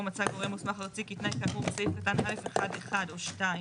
"מצא גורם מוסמך ארצי כי תנאי כאמור לסעיף קטן (א)(1() או (2)